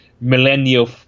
millennial